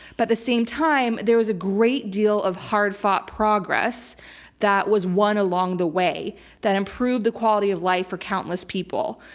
but at the same time, there was a great deal of hard-fought progress that was won along the way that improved the quality of life for countless people.